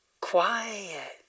quiet